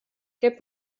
què